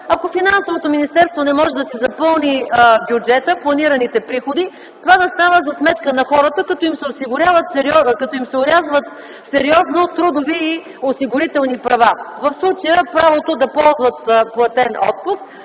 Ако Министерството на финансите не може да си запълни бюджета и планираните приходи, това да става за сметка на хората, като сериозно им се орязват трудови и осигурителни права, в случая правото да ползват платен отпуск,